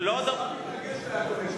הממשלה מתנגדת.